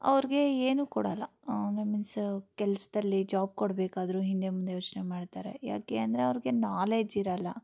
ಅವ್ರಿಗೆ ಏನೂ ಕೊಡೋಲ್ಲ ಮ ಮಿನ್ಸ್ ಕೆಲ್ಸದಲ್ಲಿ ಜಾಬ್ ಕೊಡಬೇಕಾದ್ರೂ ಹಿಂದೆ ಮುಂದೆ ಯೋಚನೆ ಮಾಡ್ತಾರೆ ಯಾಕೆ ಅಂದರೆ ಅವ್ರಿಗೆ ನಾಲೇಜ್ ಇರೋಲ್ಲ